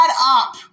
up